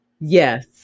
Yes